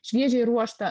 šviežiai ruoštą